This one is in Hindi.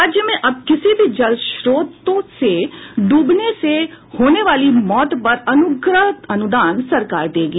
राज्य में अब किसी भी जल स्त्रोत में डूबने से होने वाली मौत पर अनुग्रह अनुदान सरकार देगी